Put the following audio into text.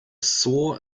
saw